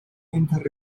inter